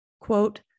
quote